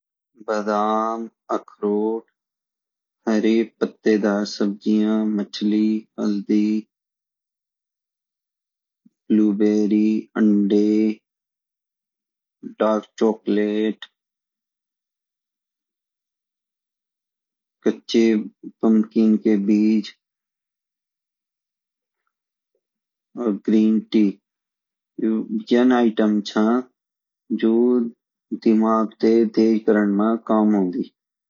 बादाम अख़रोट हरे पत्तेदार सब्जियाँ मछली हल्दी ब्लूबेरी अंडे डार्क चॉकलेट कच्चे पम्पकिन के बीज़ और ग्रीन टी यन आइटम छा जो दिमाग़ ते तेज़ करण मा काम औंदी